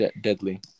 deadly